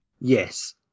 Yes